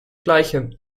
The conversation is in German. gleichem